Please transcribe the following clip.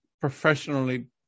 professionally